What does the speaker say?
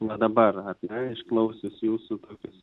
va dabar ar ne išklausius jūsų tokius